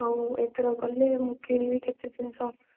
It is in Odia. ହଉ ଏଥର ଗଲେ ମୁଁ କିଣିବି କେତେ ଜିନିଷ